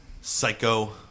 Psycho